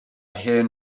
hen